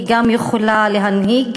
היא גם יכולה להנהיג,